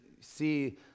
see